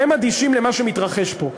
שאדישים למה שמתרחש פה.